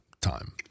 time